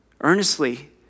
earnestly